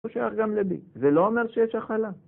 זה שייך גם ל-B. זה לא אומר שיש הכלה.